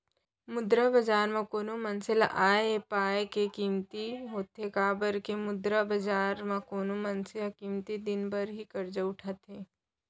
मुद्रा बजार म कोनो मनसे ल आय ऐ पाय के कमती होथे काबर के मुद्रा बजार म कोनो मनसे ह कमती दिन बर ही करजा उठाथे